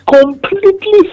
completely